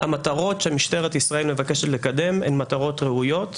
שהמטרות שמשטרת ישראל מבקשת לקדם הן מטרות ראויות וחשובות.